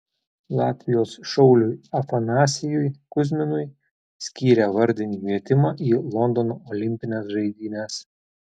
latvijos šauliui afanasijui kuzminui skyrė vardinį kvietimą į londono olimpines žaidynes